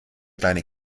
kleine